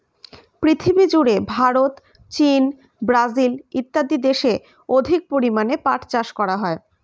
পৃথিবীজুড়ে ভারত, চীন, ব্রাজিল ইত্যাদি দেশে অধিক পরিমাণে পাট চাষ করা হয়